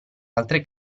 altre